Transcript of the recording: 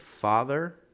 Father